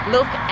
Look